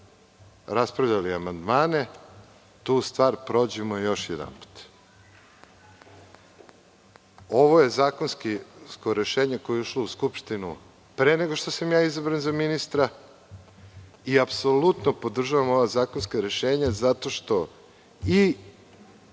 raspravljali amandmane, tu stvar prođemo joj jedanput. Ovo je zakonsko rešenje koje je ušlo u Skupštinu pre nego što sam ja izabran za ministra i apsolutno podržavam ova zakonska rešenja zato što i